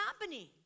happening